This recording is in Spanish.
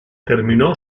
terminó